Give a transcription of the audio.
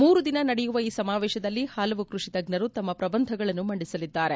ಮೂರುದಿನ ನಡೆಯುವ ಈ ಸಮಾವೇಶದಲ್ಲಿ ಹಲವು ಕೃಷಿ ತಜ್ಞರು ತಮ್ನ ಪ್ರಬಂಧಗಳನ್ನು ಮಂಡಿಸಲಿದ್ದಾರೆ